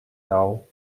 fell